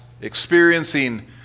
experiencing